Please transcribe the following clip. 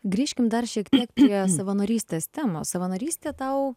grįžkim dar šiek tiek prie savanorystės temos savanorystė tau